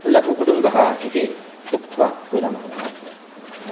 लघुकुटुम्बः इति उक्त्वा विरमामि